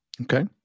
Okay